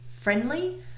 friendly